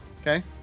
Okay